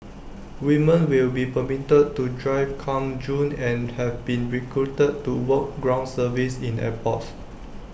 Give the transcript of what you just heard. women will be permitted to drive come June and have been recruited to work ground service in airports